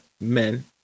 men